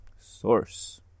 Source